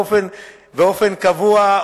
באופן קבוע,